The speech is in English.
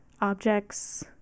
objects